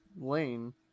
lane